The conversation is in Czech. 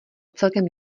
celkem